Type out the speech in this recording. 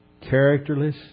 characterless